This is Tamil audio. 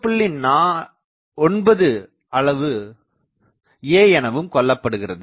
9 அளவு a எனவும் கொள்ளப்படுகிறது